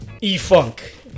e-funk